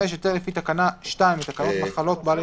(55)היתר לפי תקנה 2 לתקנות מחלות בעלי